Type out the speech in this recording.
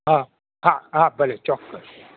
હા હા ભલે ચોક્કસ